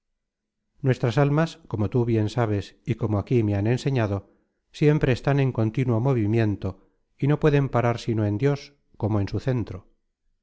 nuestras almas como tú bien sabes y como aquí me han enseñado siempre están en continuo movimiento y no pueden parar sino en dios como en su centro